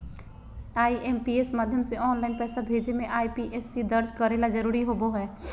IMPS माध्यम से online पैसा भेजे मे आई.एफ.एस.सी दर्ज करे ला जरूरी होबो हय